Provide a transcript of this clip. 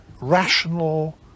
rational